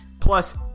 plus